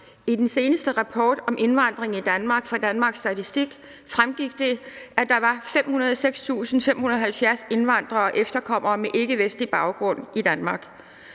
I den seneste rapport om indvandring i Danmark fra Danmarks Statistik fremgik det, at der var 506.570 indvandrere og efterkommere med ikkevestlig baggrund i Danmark.